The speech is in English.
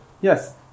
Yes